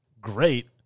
great